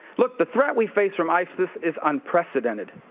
look, the threat we face from isis is unprecedented.